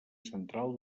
central